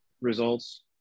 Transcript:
results